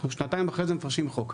אנחנו שנתיים אחרי זה מפרשים חוק.